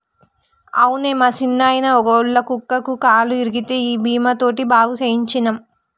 అవునే మా సిన్నాయిన, ఒళ్ళ కుక్కకి కాలు ఇరిగితే ఈ బీమా తోటి బాగు సేయించ్చినం